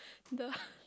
the